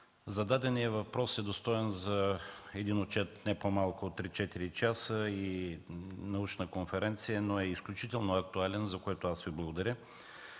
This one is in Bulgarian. Зададеният въпрос е достоен за един отчет от не по-малко от три-четири часа и научна конференция, но е изключително актуален, за което Ви благодаря.